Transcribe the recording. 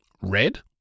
Red